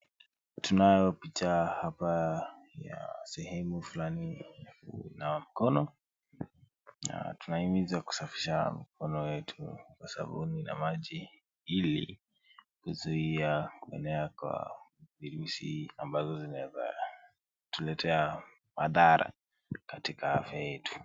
Tunayo picha hapa ya sehemu fulani ya kunawa mikono. Na tunahimizwa kusafisha mikono yetu kwa sabuni na maji ili kuzuia kuenea kwa virusi ambazo zinaweza tuletea madhara katika afya yetu.